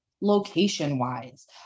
location-wise